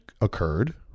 occurred